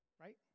Right